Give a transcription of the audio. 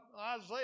Isaiah